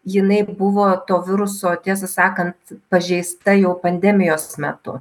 jinai buvo to viruso tiesą sakant pažeista jau pandemijos metu